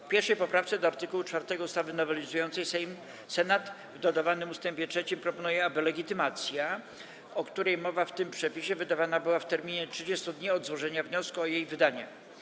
W 1. poprawce do art. 4 ustawy nowelizującej Senat w dodawanym ust. 3 proponuje, aby legitymacja, o której mowa w tym przepisie, wydawana była w terminie 30 dni od złożenia wniosku o jej wydanie.